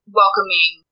welcoming